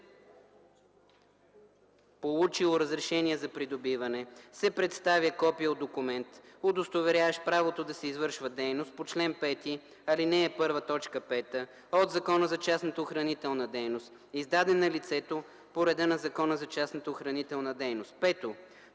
получило разрешение за придобиване, се представя копие от документ, удостоверяващ правото да се извършва дейност по чл. 5, ал. 1, т. 5 от Закона за частната охранителна дейност, издаден на лицето по реда на Закона за частната охранителна дейност;”.